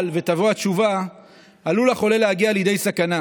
ותבוא התשובה עלול החולה להגיע לידי סכנה.